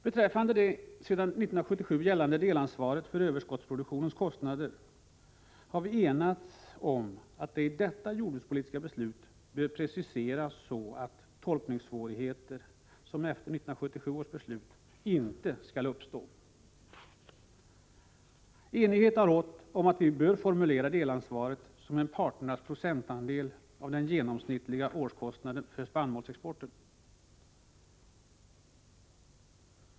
Beträffande det sedan 1977 gällande delansvaret för överskottsproduktionens kostnader har vi enats om att det i detta jordbrukspolitiska beslut bör preciseras så att tolkningssvårigheter, som efter 1977 års beslut, inte skall uppstå. Enighet har rått om att vi bör formulera delansvaret som en parternas procentandel av den genomsnittliga årskostnaden för spannmålsexporten.